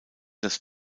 das